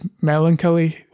melancholy